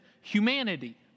humanity